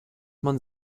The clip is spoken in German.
man